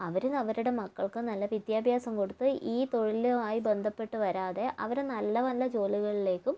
അവര് അവരുടെ മക്കൾക്ക് നല്ല വിദ്യാഭ്യാസം കൊടുത്ത് ഈ തൊഴിലുമായി ബന്ധപ്പെട്ട് വരാതെ അവര് നല്ല നല്ല ജോലികളിലേക്കും